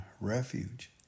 refuge